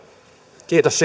kiitos